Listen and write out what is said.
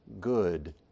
good